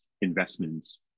investments